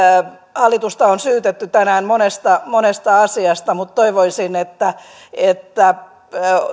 hallitusta on syytetty tänään monesta monesta asiasta mutta toivoisin että että